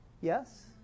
Yes